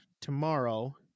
tomorrow